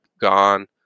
gone